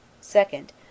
second